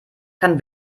kann